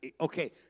Okay